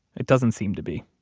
it doesn't seem to be